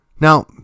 Now